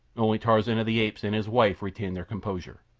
only tarzan of the apes and his wife retained their composure.